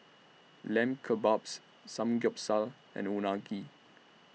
Lamb Kebabs Samgyeopsal and Unagi